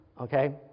Okay